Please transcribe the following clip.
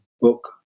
book